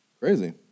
crazy